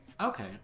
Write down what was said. Okay